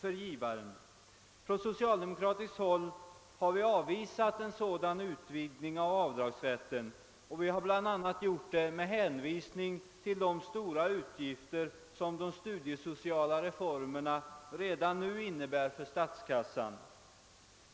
Vi har från socialdemokratiskt håll avvisat tanken på en sådan utvidgning av avdragsrätten, och vi har gjort det med hänvisning bl.a. till de stora utgifter som de studiesociala reformerna re; dan nu medför för statskassan.